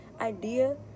idea